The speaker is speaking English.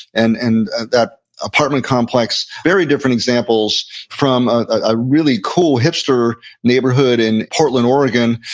and and that apartment complex. very different examples from a really cool hipster neighborhood in portland, oregon,